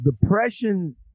Depression